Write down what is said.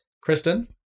Kristen